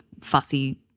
fussy